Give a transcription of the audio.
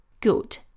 Good